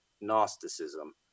Gnosticism